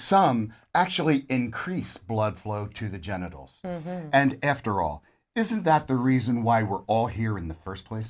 some actually increase blood flow to the genitals and after all isn't that the reason why we're all here in the first place